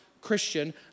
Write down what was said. Christian